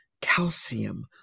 calcium